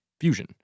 fusion